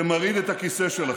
שמרעיד את הכיסא שלכם.